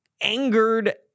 angered